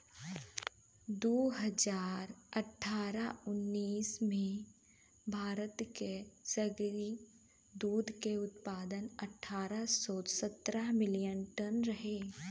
दू हज़ार अठारह उन्नीस में भारत के सगरी दूध के उत्पादन अठारह सौ सतहत्तर मिलियन टन रहे